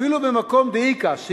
"אפילו במקום דאיכא" שיש,